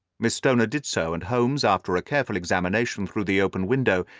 miss stoner did so, and holmes, after a careful examination through the open window,